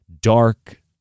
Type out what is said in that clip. dark